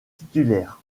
titulaire